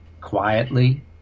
quietly